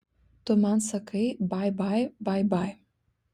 tu man sakai bai bai bai bai